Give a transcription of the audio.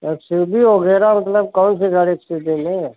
S U V वगैरह मतलब कौन सी गाड़ी एस यू बी में